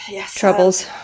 Troubles